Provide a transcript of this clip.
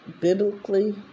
biblically